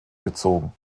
gezogen